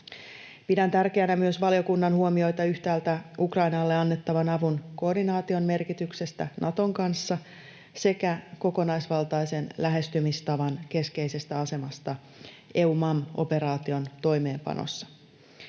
Pidän tärkeänä myös valiokunnan huomioita yhtäältä Ukrainalle annettavan avun koordinaation merkityksestä Naton kanssa sekä kokonaisvaltaisen lähestymistavan keskeisestä asemasta EUMAM‑operaation toimeenpanossa.